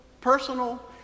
personal